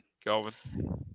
Kelvin